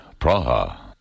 Praha